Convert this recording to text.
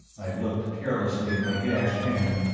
i looked carelessly at my gashed hand.